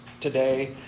today